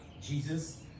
Jesus